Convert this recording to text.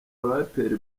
baraperi